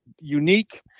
unique –